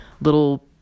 little